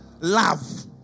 Love